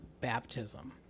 baptism